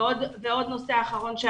ועוד נושא אחרון,